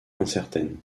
incertaine